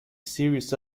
serious